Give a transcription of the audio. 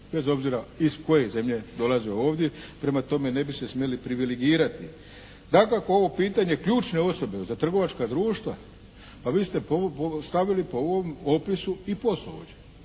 bez obzira iz koje zemlje dolaze ovdje. Prema tome ne bi se smjeli privilegirati. Dakako ovo pitanje ključne osobe za trgovačka društva, pa vi ste stavili po ovom opisu i poslovođe